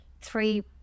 three